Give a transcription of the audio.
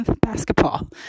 basketball